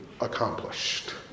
accomplished